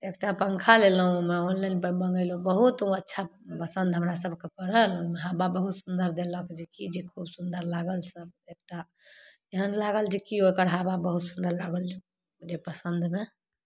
एकटा पंखा लेलहुँ ओहिमे ऑनलाइनपर मँगेलहुँ बहुत ओ अच्छा पसन्द हमरासभके पड़ल हवा बहुत सुन्दर देलक जे कि जे खूब सुन्दर लागल सब एकटा एहन लागल जे कि ओ ओकर हवा बहुत सुन्दर लागल जे पसन्दमे